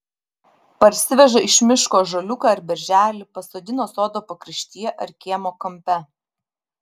parsiveža iš miško ąžuoliuką ar berželį pasodina sodo pakraštyje ar kiemo kampe